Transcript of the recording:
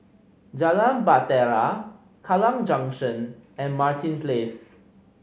Jalan Bahtera Kallang Junction and Martin Place